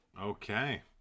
okay